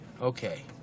Okay